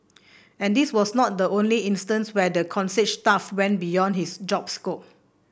and this was not the only instance where the concierge staff went beyond his job scope